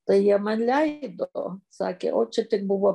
tai jie man leido sakė o čia tik buvo